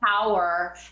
power